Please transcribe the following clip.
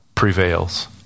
prevails